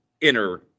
inner